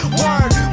word